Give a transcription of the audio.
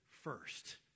first